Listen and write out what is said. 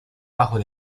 bajo